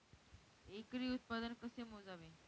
एकरी उत्पादन कसे मोजावे?